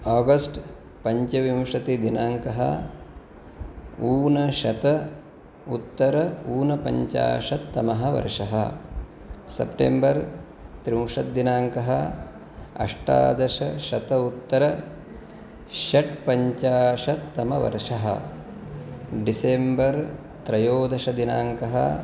August पञ्चविंशतिदिनाङ्कः ऊनशत उत्तर ऊनपञ्चाशत्तमः वर्षः सप्टेम्बर् त्रिंशत्दिनाङ्कः अष्टादशशतोत्तर षट्पञ्चाशत्तमवर्षः डिसेम्बर् त्रयोदशदिनाङ्कः